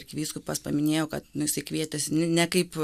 arkivyskupas paminėjo kad nu jisai kvietėsi nekaip